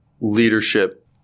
leadership